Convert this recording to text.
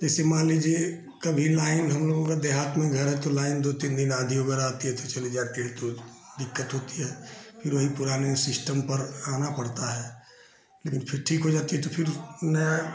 जैसे मान लीजिए कभी लाइन हमलोगों का देहात में घर है तो लाइन दो तीन दिन आँधी वग़ैरह आती है तो चली जाती है तुरन्त दिक्कत होती है फिर वही पुराने सिस्टम पर आना पड़ता है लेकिन फिर ठीक हो जाती है तो फिर नया